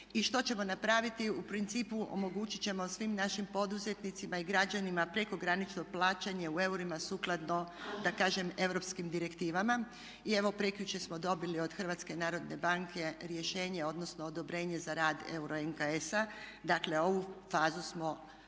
i što ćemo napraviti? U principu omogućit ćemo svim našim poduzetnicima i građanima prekogranično plaćanje u eurima sukladno da kažem europskim direktivama. I evo prekjučer smo dobili od Hrvatske narodne banke rješenje, odnosno odobrenje za rad euro … Dakle ovu fazu smo